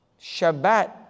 Shabbat